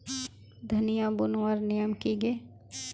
धनिया बूनवार नियम की गे?